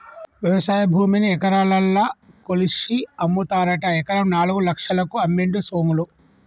వ్యవసాయ భూమిని ఎకరాలల్ల కొలిషి అమ్ముతారట ఎకరం నాలుగు లక్షలకు అమ్మిండు సోములు